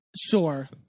Sure